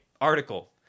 article